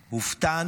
הופתענו,